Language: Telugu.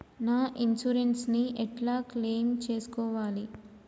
నా ఇన్సూరెన్స్ ని ఎట్ల క్లెయిమ్ చేస్కోవాలి?